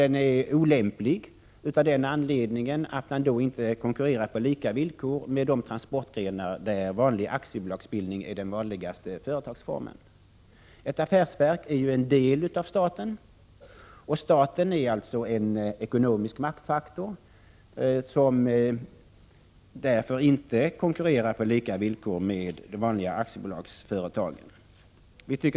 Den är olämplig av den anledningen att den transportverksamhet som bedrivs i affärsverken inte konkurrerar på lika villkor med de transportgrenar för vilka aktiebolag är den vanligaste företagsformen. Ett affärsverk är en del av staten, och staten är en ekonomisk maktfaktor som därför inte konkurrerar på lika villkor med de vanliga aktiebolagen.